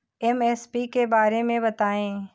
MSP के बारे में बतायें?